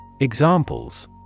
Examples